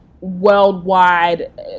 worldwide